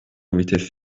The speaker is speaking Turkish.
vites